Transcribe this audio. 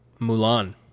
Mulan